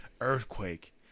Earthquake